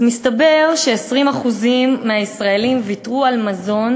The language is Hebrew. אז מסתבר ש-20% מהישראלים ויתרו על מזון,